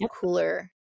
cooler